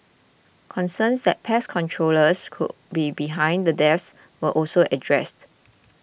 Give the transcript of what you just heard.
concerns that pest controllers could be behind the deaths were also addressed